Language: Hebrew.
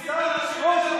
המסית הראשי מדבר.